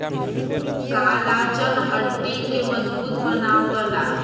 collagen हड्डी के मजबूत बनावला